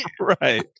right